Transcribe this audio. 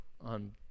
on